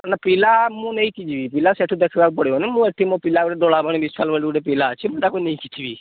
ନା ପିଲା ମୁଁ ନେଇକି ଯିବ ପିଲାଠୁ ଦେଖିବାକୁ ପଡ଼ିବନି ମୁଁ ଏଠି ମୋ ପିଲା ବୋଲି ଗୋଟ ପିଲା ଅଛି ମୁଁ ତାକୁ ନେଇକି ଯିବି